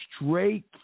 straight